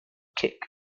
kick